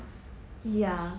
ya